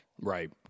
Right